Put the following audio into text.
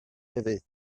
hefyd